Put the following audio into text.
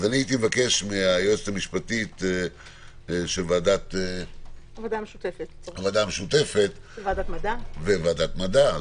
אבקש מהיועצת המשפטית של הוועדה המשותפת ו-וועדת מדע,